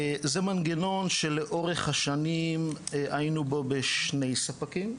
זה מנגנון שלאורך השנים היינו בו בשני ספקים.